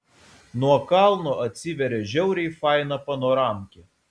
nuo kalno atsiveria žiauriai faina panoramkė